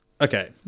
Okay